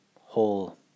whole